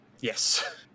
Yes